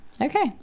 Okay